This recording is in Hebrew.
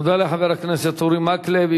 תודה לחבר הכנסת אורי מקלב.